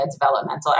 developmental